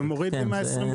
זה מוריד מה-23